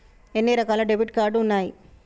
ఎన్ని రకాల debit card ఉన్నాయి?